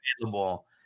available